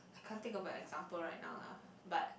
I can't think of a example right now lah